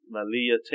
Malia